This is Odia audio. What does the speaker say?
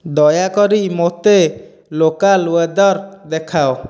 ଦୟାକରି ମୋତେ ଲୋକାଲ୍ ୱେଦର୍ ଦେଖାଅ